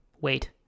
Wait